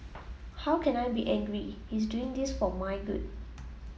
how can I be angry he is doing this for my good